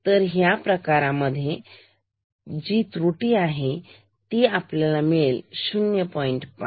तर ह्या प्रकारामध्ये जी त्रुटी आहे ती आपल्याला मिळेल 0